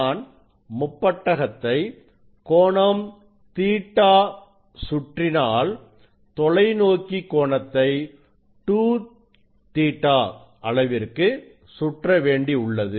நான் முப்பட்டகத்தை கோணம் Ɵ சுற்றினாள் தொலைநோக்கி கோணத்தை 2Ɵ அளவிற்கு சுற்ற வேண்டி உள்ளது